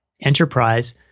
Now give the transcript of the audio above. enterprise